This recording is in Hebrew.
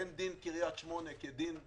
אין דין קריית שמונה כדין אילת,